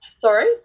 Sorry